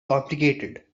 complicated